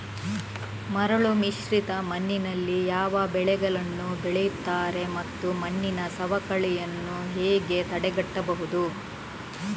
ಮರಳುಮಿಶ್ರಿತ ಮಣ್ಣಿನಲ್ಲಿ ಯಾವ ಬೆಳೆಗಳನ್ನು ಬೆಳೆಯುತ್ತಾರೆ ಮತ್ತು ಮಣ್ಣಿನ ಸವಕಳಿಯನ್ನು ಹೇಗೆ ತಡೆಗಟ್ಟಬಹುದು?